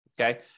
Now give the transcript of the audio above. okay